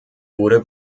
wurde